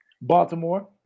baltimore